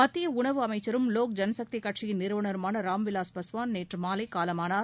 மத்திய உணவு அமைச்சரும் வோக் ஜனசக்தி கட்சியின் நிறுவனருமான ராம் விலாஸ் பாஸ்வான் நேற்று மாலை காலமானார்